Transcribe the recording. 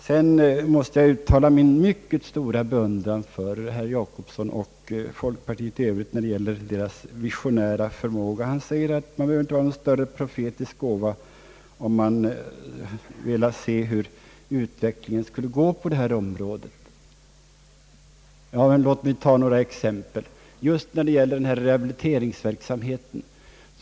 Sedan måste jag uttala min mycket stora beundran för herr Jacobsson och folkpartiet i övrigt när det gäller deras visionära förmåga. Han säger, att man inte behöver ha någon »större profetisk gåva» för att se hur utvecklingen på sjukvårdens område skulle gå. Men låt mig ta några exempel — jag tänker på rehabiliteringsverksamheten.